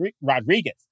Rodriguez